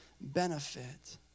benefit